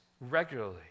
regularly